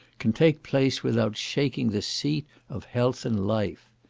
can take place without shaking the seat of health and life.